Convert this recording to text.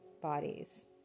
bodies